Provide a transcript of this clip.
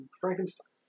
Frankenstein